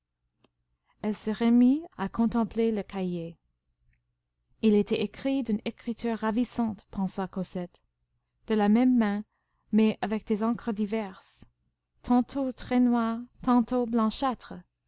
elle se remit à contempler le cahier il était écrit d'une écriture ravissante pensa cosette de la même main mais avec des encres diverses tantôt très noires tantôt blanchâtres